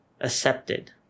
accepted